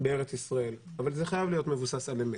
בארץ ישראל, אבל זה חייב להיות מבוסס על אמת,